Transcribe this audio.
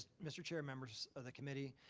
mr. chair, members of the committee.